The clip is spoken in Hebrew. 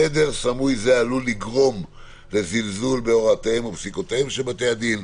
שדר סמוי זה עלול לגרום לזלזול בהוראותיהם ופסיקותיהם של בתי הדין,